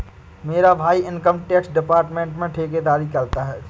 मेरा भाई income tax department में ठेकेदारी करता है